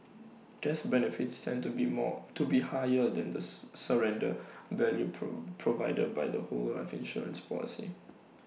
death benefits tend to be more to be higher than The S surrender value pro provided by the whole life insurance policy